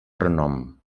renom